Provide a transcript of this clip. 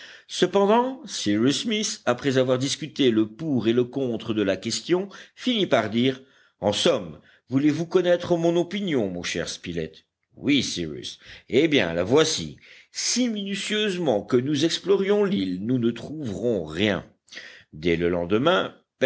cependant cyrus smith après avoir discuté le pour et le contre de la question finit par dire en somme voulez-vous connaître mon opinion mon cher spilett oui cyrus eh bien la voici si minutieusement que nous explorions l'île nous ne trouverons rien dès le lendemain